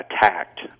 attacked